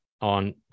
on